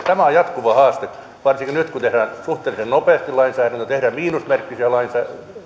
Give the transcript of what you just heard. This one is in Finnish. tämä on jatkuva haaste varsinkin nyt kun tehdään suhteellisen nopeasti lainsäädäntöä tehdään miinusmerkkisiä